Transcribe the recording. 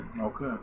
Okay